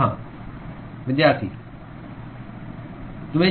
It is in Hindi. कहां